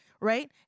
right